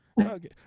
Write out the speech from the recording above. Okay